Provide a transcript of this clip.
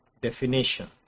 definition